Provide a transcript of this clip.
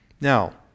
Now